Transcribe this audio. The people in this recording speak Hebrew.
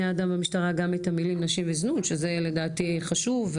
אדם במשטרה גם את המילים "נשים וזנות" שזה לדעתי חשוב.